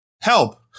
help